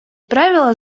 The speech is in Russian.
правила